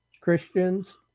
Christians